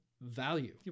value